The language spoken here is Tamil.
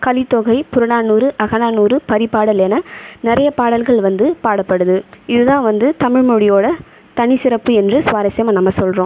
கலித்தொகை புறநானூறு அகநானூறு பரிப்பாடல் என நிறைய பாடல்கள் வந்து பாடப்படுது இது தான் வந்து தமிழ் மொழியோடய தனிச்சிறப்பு என்று சுவாரஸ்யமாக நம்ம சொல்கிறோம்